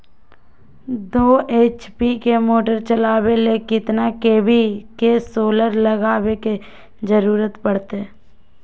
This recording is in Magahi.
दो एच.पी के मोटर चलावे ले कितना के.वी के सोलर लगावे के जरूरत पड़ते?